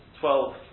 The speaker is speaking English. twelve